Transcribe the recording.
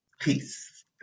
Peace